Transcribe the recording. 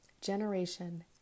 Generation